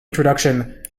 introduction